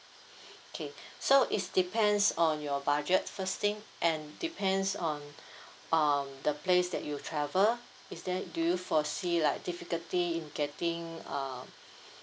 okay so it depends on your budget first thing and depends on um the place that you travel is there do you foresee like difficulty in getting uh